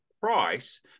price